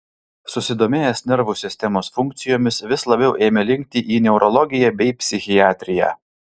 susidomėjęs nervų sistemos funkcijomis vis labiau ėmė linkti į neurologiją bei psichiatriją